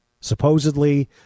Supposedly